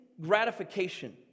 gratification